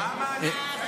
מה המענה?